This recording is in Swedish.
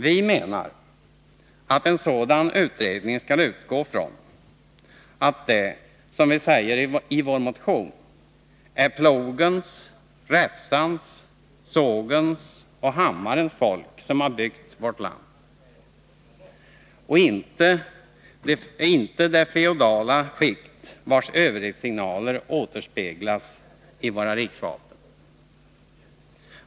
Vi menar att en sådan utredning skall utgå ifrån att det, som vi säger i vår motion, är plogens, räfsans, sågens och hammarens folk som har byggt vårt land och inte de feodala skikt vars överhetssignaler återspeglas i våra riksvapen.